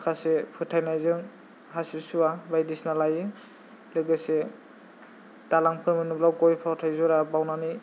माखासे फोथायनायजों हासिब सुवा बायदिसिना लायो लोगोसे दालांफोर मोनोब्ला गइ फाथै ज'रा बावनानै